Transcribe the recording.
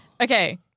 Okay